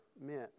meant